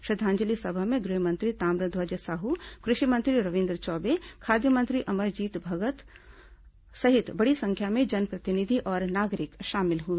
श्रद्धांजलि सभा में गृह मंत्री ताम्रध्वज साहू कृषि मंत्री रविन्द्र चौबे खाद्य मंत्री अमरजीत भगत सहित बड़ी संख्या में जनप्रतिनिधि और नागरिक शामिल हुए